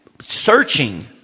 searching